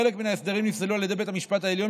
חלק מן ההסדרים נפסלו על ידי בית המשפט העליון,